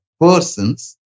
persons